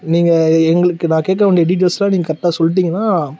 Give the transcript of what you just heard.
நீங்கள் எங்களுக்கு நான் கேட்க வேண்டிய டீட்டெயில்ஸ்லாம் நீங்கள் கரெக்டாக சொல்லிட்டீங்கனா